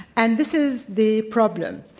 and this is the problem.